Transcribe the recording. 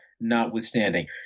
notwithstanding